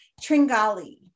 Tringali